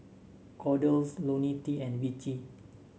Kordel's IoniL T and Vichy